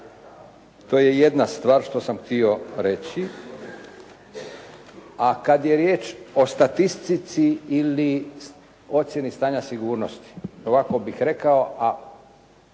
To je jedna stvar što sam htio reći. A kad je riječ o statistici ili ocjeni stanja sigurnosti ovako bih rekao, a